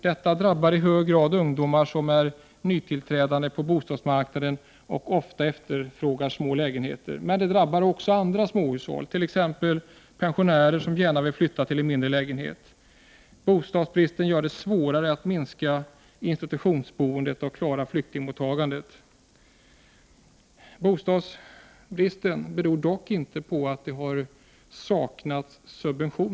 Detta drabbar i hög grad ungdomar som är nytillträdande på bostadsmarknaden och ofta efterfrågar små lägenheter. Men det drabbar också andra småhushåll — t.ex. pensionärer som gärna vill flytta till en mindre lägenhet. Bostadsbristen gör det svårare att minska institutionsboendet och att klara flyktingmottagandet. Bostadsbristen beror dock inte på att subventioner har saknats, tvärtom.